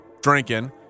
drinking